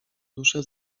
duszę